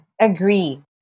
agree